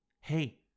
Hey